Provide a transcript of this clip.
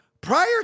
prior